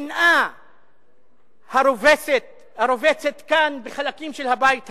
השנאה הרובצת כאן בחלקים של הבית הזה.